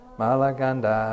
malaganda